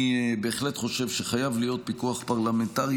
אני בהחלט חושב שחייב להיות פיקוח פרלמנטרי,